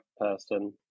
person